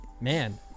Man